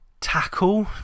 tackle